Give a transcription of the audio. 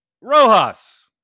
Rojas